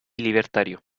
libertario